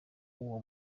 uwo